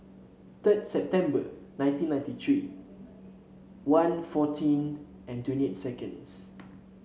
third September nineteen ninety three one fourteen and twenty eight seconds